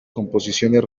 composiciones